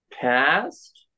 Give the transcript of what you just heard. past